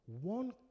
One